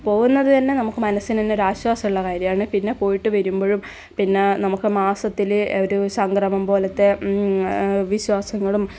പോവുന്നത് തന്നെ നമുക്ക് മനസ്സിന് തന്നെ ഒരു ആശ്വാസമുള്ള കാര്യമാണ് പിന്നെ പോയിട്ട് വരുമ്പോഴും പിന്നെ നമുക്ക് മാസത്തിൽ ഒരു സംക്രമം പോലത്തെ വിശ്വാസങ്ങളും